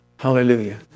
Hallelujah